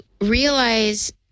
realize